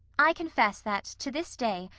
i confess that, to this day,